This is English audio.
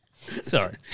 Sorry